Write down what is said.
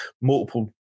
multiple